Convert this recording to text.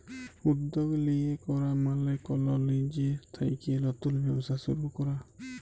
উদ্যগ লিয়ে ক্যরা মালে কল লিজে থ্যাইকে লতুল ব্যবসা শুরু ক্যরা